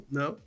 no